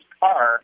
car